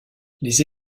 les